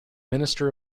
minister